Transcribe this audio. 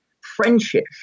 friendship